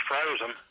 frozen